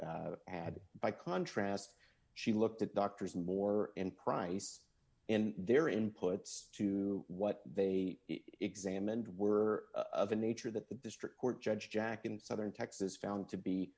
should add by contrast she looked at doctors more in price and their inputs to what they examined were of a nature that the district court judge jack in southern texas found to be